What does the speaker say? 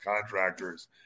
contractors